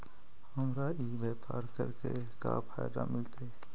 हमरा ई व्यापार करके का फायदा मिलतइ?